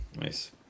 Nice